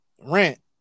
rent